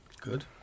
Good